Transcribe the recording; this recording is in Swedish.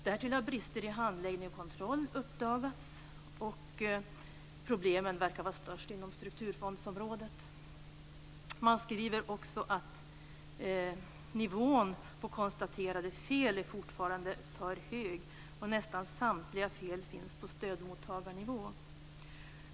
Därtill har brister i handläggning och kontroll uppdagats, och problemen verkar vara störst inom strukturfondsområdet. Man skriver också att nivån på konstaterade fel fortfarande är för hög. Nästan samtliga fel finns på stödmottagarnivå.